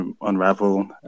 unravel